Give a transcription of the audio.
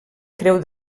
creu